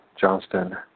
Johnston